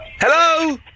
Hello